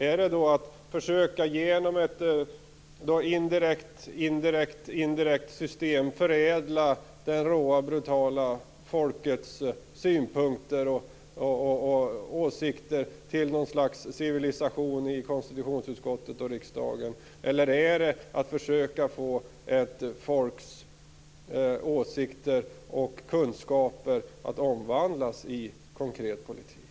Är det att försöka att genom ett indirekt system förädla folkets råa, brutala synpunkter och åsikter till något slags civilisation i konstitutionsutskottet och riksdagen? Eller är det att försöka få ett folks åsikter och kunskaper att omvandlas i konkret politik?